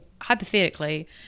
hypothetically